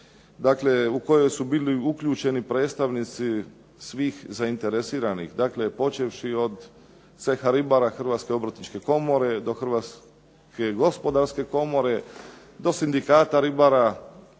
u kojoj su bili uključeni predstavnici svih zainteresiranih počevši od Ceha ribara Hrvatske obrtničke komore do Hrvatske gospodarske komore do Sindikata ribara,